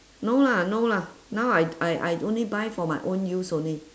no lah no lah now I I I only buy for my own use only